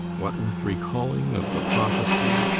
what with recalling of the prophecy,